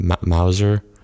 Mauser